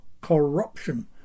corruption